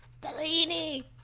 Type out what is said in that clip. Bellini